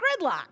Gridlock